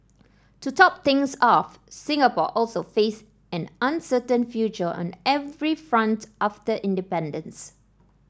to top things off Singapore also faced an uncertain future on every front after independence